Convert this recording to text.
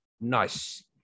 Nice